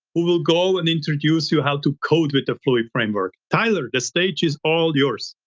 will will go and introduce you how to code with the fluid framework. tyler, the stage is all yours.